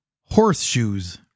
horseshoes